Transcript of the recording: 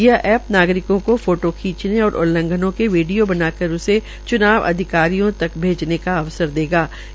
यह ऐप नागरिकों को फोटों खींचने और उल्ल्घनों के वीडियों बनाकर उसे च्नाव अधिकारियों तक भैजने का अवसर देता है